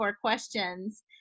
questions